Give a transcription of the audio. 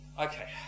okay